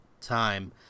Time